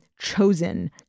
chosen